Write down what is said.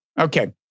Okay